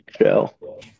show